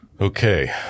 Okay